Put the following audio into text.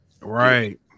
Right